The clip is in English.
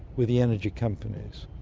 with the energy companies.